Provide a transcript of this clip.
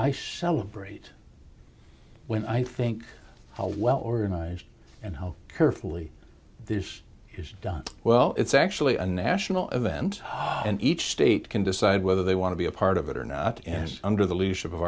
i celebrate when i think how well organized and how carefully this is done well it's actually a national event and each state can decide whether they want to be a part of it or not and under the lea